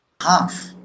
half